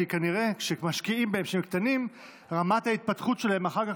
כי כנראה שכשמשקיעים בהם כשהם קטנים רמת ההתפתחות שלהם אחר כך,